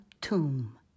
tomb